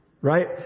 Right